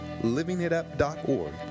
LivingItUp.org